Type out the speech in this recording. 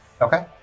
Okay